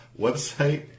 website